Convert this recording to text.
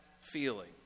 feeling